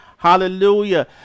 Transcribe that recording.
Hallelujah